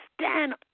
stand